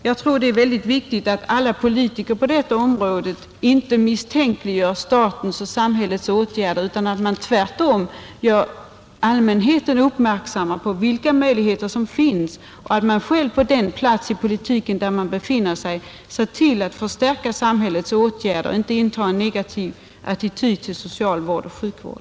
Jag tror det är viktigt att politikerna på detta område inte misstänkliggör statens och samhällets åtgärder, utan tvärtom gör allmänheten uppmärksam på vilka möjligheter som finns och var och en på den plats i politiken där man befinner sig ser till att förstärka samhällets åtgärder och inte intar en negativ attityd till socialvård och sjukvård.